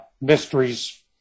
mysteries